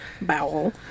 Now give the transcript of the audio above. bowel